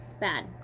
bad